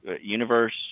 universe